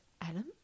Adam